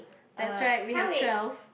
that's right we have twelve